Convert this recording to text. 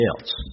else